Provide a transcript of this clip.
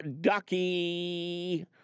ducky